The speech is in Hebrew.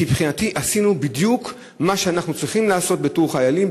כי מבחינתי עשינו בדיוק מה שאנחנו צריכים לעשות בתור חיילים,